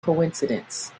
coincidence